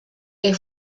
air